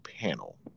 panel